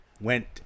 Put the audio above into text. went